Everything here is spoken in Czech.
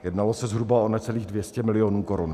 Jednalo se zhruba o necelých 200 milionů korun.